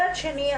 מצד שני,